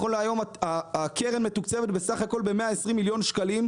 נכון להיום הקרן מתוקצבת בסך הכל ב-120 מיליון שקלים,